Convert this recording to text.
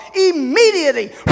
immediately